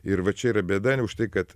ir va čia yra bėda už tai kad